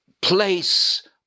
place